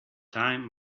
time